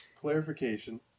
clarification